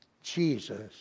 Jesus